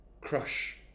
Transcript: Crush